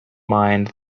mind